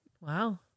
Wow